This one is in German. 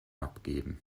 abgeben